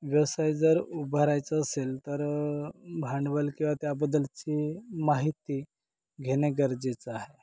व्यवसाय जर उभारायचं असेल तर भांडवल किंवा त्याबद्दलची माहिती घेणे गरजेचं आहे